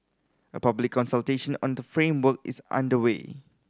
a public consultation on the framework is underway